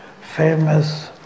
famous